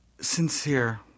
sincere